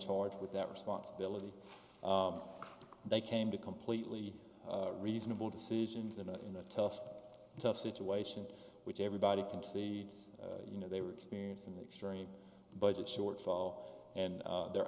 charged with that responsibility they came to completely reasonable decisions in a in a tough tough situation which everybody concedes you know they were experiencing the extreme budget shortfall and their